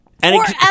Forever